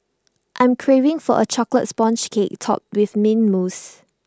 I am craving for A Chocolate Sponge Cake Topped with Mint Mousse